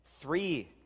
three